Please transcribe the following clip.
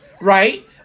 right